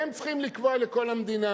והם צריכים לקבוע לכל המדינה.